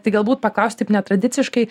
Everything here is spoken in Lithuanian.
tik galbūt paklausti taip netradiciškai